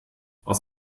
aus